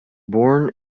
born